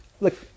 Look